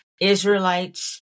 Israelites